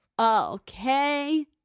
okay